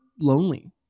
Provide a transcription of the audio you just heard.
lonely